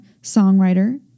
songwriter